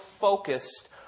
focused